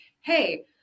Hey